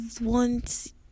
want